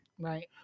right